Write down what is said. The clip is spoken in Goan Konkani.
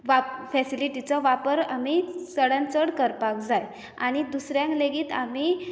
फेसिलिटीचो वापर आमी चडांत चड करपाक जाय आनी दुसऱ्यांक लेगीत आमी